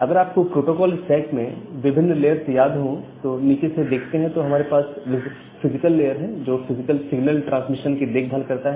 अगर आपको protocol stack में विभिन्न लेयर्स याद हो तो नीचे से देखते हैं तो हमारे पास फिजिकल लेयर है जो फिजिकल सिगनल ट्रांसमिशन की देखभाल करता है